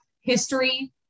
history